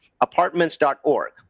apartments.org